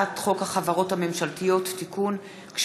ליורשים והקדשה למטרות סיוע והנצחה) (תיקון מס' 4,